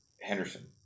Henderson